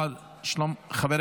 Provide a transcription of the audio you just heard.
[רשומות (הצעות חוק, חוב'